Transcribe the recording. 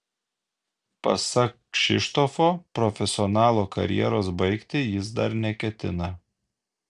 pasak kšištofo profesionalo karjeros baigti jis dar neketina